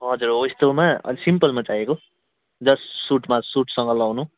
हजुर हो यस्तोमा अलिक सिम्पल चाहिएको जस्ट सुटमा सुटसँग लगाउनु